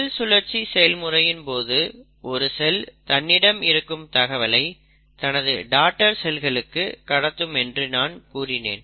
செல் சுழற்சி செயல்முறையின் போது ஒரு செல் தன்னிடம் இருக்கும் தகவலை தனது டாடர் செல்களுக்கு கடத்தும் என்று நான் கூறினேன்